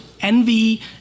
envy